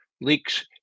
leaks